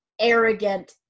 arrogant